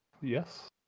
Yes